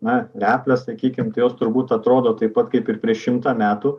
na replės sakykim tai jos turbūt atrodo taip pat kaip ir prieš šimtą metų